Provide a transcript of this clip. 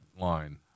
line